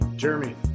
Jeremy